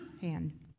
hand